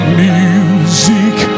music